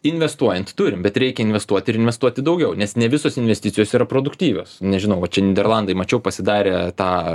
investuojant turim bet reikia investuoti ir investuoti daugiau nes ne visos investicijos yra produktyvios nežinau čia nyderlandai mačiau pasidarė tą